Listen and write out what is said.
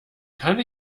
kann